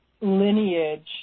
lineage